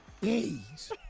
days